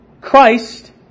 Christ